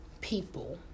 people